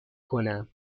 کنم